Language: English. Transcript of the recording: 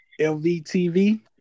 LVTV